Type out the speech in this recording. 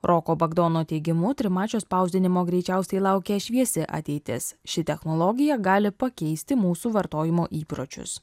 roko bagdono teigimu trimačio spausdinimo greičiausiai laukia šviesi ateitis ši technologija gali pakeisti mūsų vartojimo įpročius